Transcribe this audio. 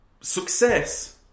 success